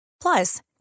plus